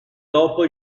dopo